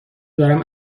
دارم